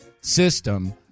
system